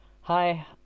Hi